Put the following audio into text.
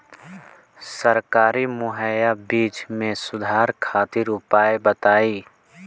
सरकारी मुहैया बीज में सुधार खातिर उपाय बताई?